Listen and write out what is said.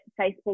facebook